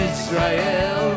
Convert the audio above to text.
Israel